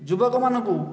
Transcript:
ଯୁବକମାନଙ୍କୁ